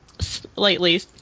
slightly